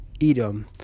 Edom